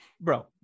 Bro